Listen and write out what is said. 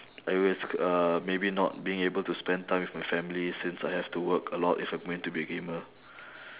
I risk uh maybe not being able to spend time with my family since I have to work a lot if I'm going to be a gamer